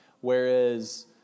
Whereas